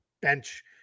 bench